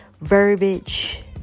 verbiage